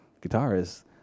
guitarist